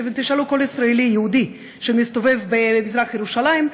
תשאלו כל ישראלי יהודי שמסתובב במזרח ירושלים,